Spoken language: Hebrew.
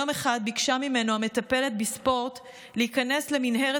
יום אחד ביקשה ממנו המטפלת בספורט להיכנס למנהרת